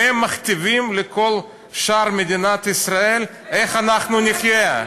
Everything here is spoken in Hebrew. והם מכתיבים לכל שאר מדינת ישראל איך אנחנו נחיה.